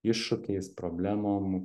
iššūkiais problemom